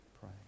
pray